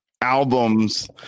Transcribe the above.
albums